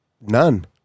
none